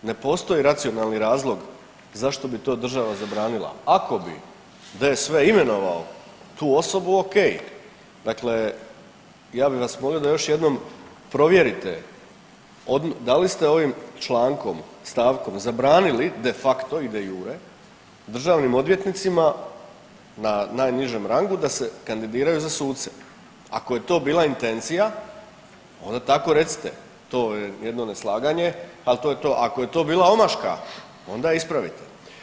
Ne postoji racionalni razlog zašto bi to država zabranila, ako bi DSV imenovao tu osobu okej, dakle ja bi vas molio da još jednom provjerite da li ste ovim člankom, stavkom, zabranili de facto i de iure državnim odvjetnicima na najnižem rangu da se kandidiraju za suce, ako je to bila intencija onda tako recite, to je jedno neslaganje, al to je to, ako je to bila omaška onda je ispravite.